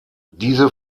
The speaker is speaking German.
diese